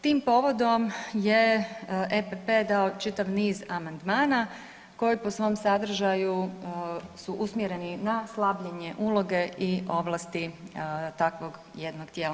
Tim povodom je EPP dao čitav niz amandmana koji po svom sadržaju su usmjereni na slabljenje uloge i ovlasti takvog jednog tijela.